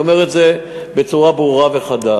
אני אומר את זה בצורה ברורה וחדה.